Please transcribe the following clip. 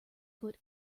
foot